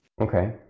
Okay